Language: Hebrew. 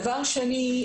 דבר שני,